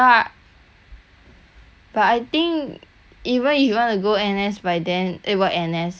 but I think even if you want to go N_S by then eh what N_S you wanna go uni then so